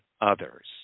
others